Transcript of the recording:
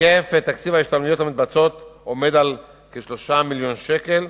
היקף תקציב ההשתלמויות המתבצעות עומד על כ-3 מיליוני שקלים,